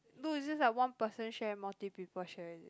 no it's just like one person share multi people sharing